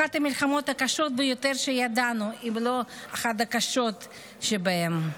אחת המלחמות הקשות ביותר שידענו, אחת הקשות שבהן.